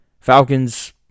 Falcons